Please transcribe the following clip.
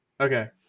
okay